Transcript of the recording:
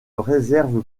réserve